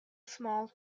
small